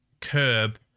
curb